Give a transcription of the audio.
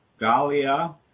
Galia